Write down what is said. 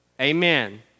Amen